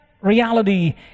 reality